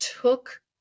took